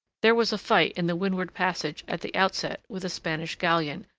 there was a fight in the windward passage at the outset with a spanish galleon,